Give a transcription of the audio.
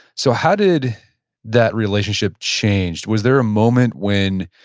so how did that relationship change? was there a moment when